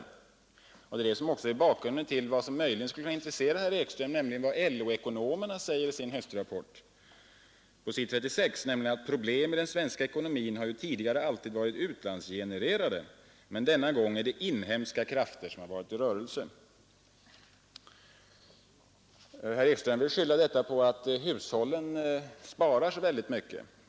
Det är också det som varit bakgrunden till — och det kan möjligen intressera herr Ekström vad LO-ekonomerna skriver i sin höstrapport på s. 36, nämligen följande: ”Problem i den svenska ekonomin har ju tidigare alltid varit utlandsgenererade, men denna gång är det inhemska krafter som varit i rörelse.” Herr Ekström vill skylla nedgången på att hushållen sparar så väldigt mycket.